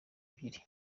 ebyiri